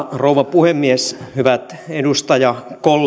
puhemies hyvät edustajakollegat meillä